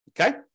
Okay